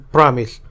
Promise